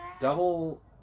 Double